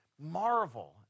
marvel